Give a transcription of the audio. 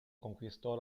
conquistò